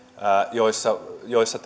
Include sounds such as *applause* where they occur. joissa joissa *unintelligible*